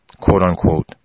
quote-unquote